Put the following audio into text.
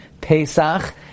Pesach